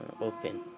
open